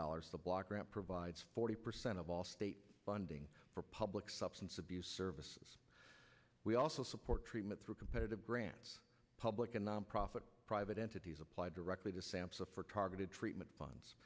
dollars the block grant provides forty percent of all state funding for public substance abuse services we also support treatment through competitive grants public and nonprofit private entities apply directly to sampson for targeted treatment funds